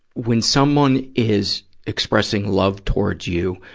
when someone is expressing love towards you,